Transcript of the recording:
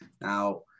Now